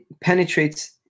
penetrates